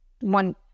one